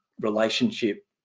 relationship